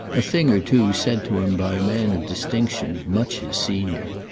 a thing or two said to him by a man of distinction, much his senior,